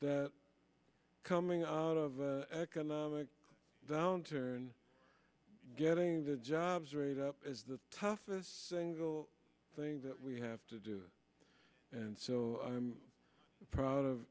that coming out of an economic downturn getting the jobs rate up is the toughest single thing that we have to do and so i'm proud of